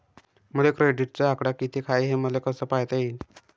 माया क्रेडिटचा आकडा कितीक हाय हे मले कस पायता येईन?